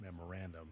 memorandum